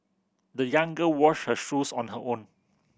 the young girl washed her shoes on her own